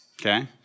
okay